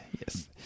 Yes